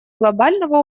глобального